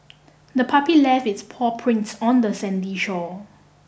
the puppy left its paw prints on the sandy shore